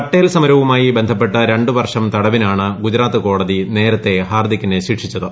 പട്ടേൽ സമരവുമായി ബന്ധപ്പെട്ട് ര ് വർഷം തടവിനാണ് ഗുജറാത്ത് കോടതി നേരത്തെ ഹാർദ്ദിക്കിനെ ശിക്ഷിച്ചത്